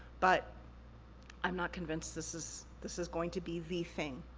but i'm not convinced this is this is going to be the thing,